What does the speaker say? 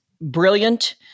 brilliant